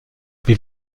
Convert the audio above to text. wie